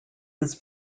his